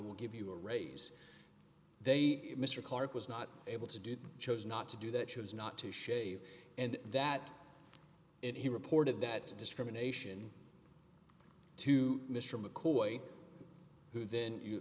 will give you a raise they mr clarke was not able to do chose not to do that chose not to shave and that it he reported that discrimination to mr mccoy who then you